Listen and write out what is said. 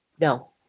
No